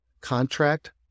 contract